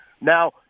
Now